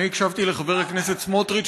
אני הקשבתי לחבר הכנסת סמוטריץ,